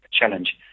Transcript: challenge